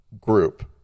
group